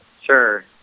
Sure